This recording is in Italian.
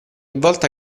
volta